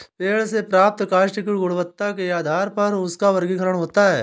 पेड़ से प्राप्त काष्ठ की गुणवत्ता के आधार पर उसका वर्गीकरण होता है